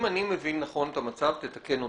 אם אני מבין נכון את המצב ותתקן אותי,